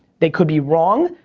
they could be wrong,